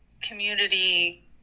community